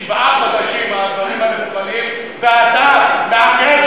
שבעה חודשים הדברים האלה מוכנים ואתה מעכב אותם.